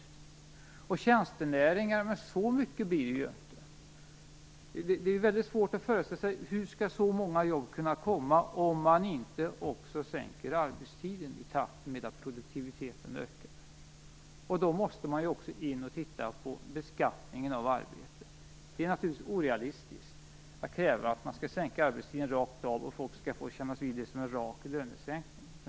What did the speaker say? Så många fler tjänstenäringar blir det inte heller. Det är väldigt svårt att föreställa sig hur så många jobb skall uppstå, om inte också arbetstiden sänks i takt med att produktiviteten ökar. Då måste man även titta på beskattningen av arbete. Det är naturligtvis orealistiskt att kräva att arbetstiden skall sänkas rakt av och att folk skall få kännas vid det som en rak lönesänkning.